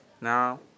now